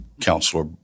counselor